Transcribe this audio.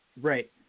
Right